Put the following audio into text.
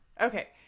Okay